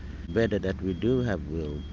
better that we do have wills,